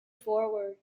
forward